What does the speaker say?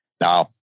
Now